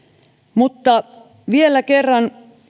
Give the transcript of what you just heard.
mutta vielä kerran